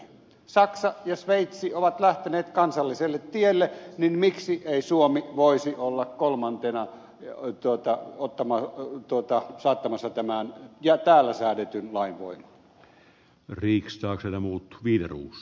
kun saksa ja sveitsi ovat lähteneet kansalliselle tielle niin miksi ei suomi voisi olla kolmantena saattamassa tämän täällä säädetyn lain voimaan